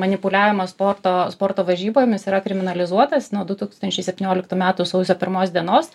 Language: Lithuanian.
manipuliavimą sporto sporto varžybomis yra kriminalizuotas nuo du tūkstančiai septynioliktų metų sausio pirmos dienos